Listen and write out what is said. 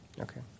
Okay